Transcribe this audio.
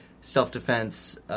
self-defense